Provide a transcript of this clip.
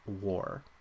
war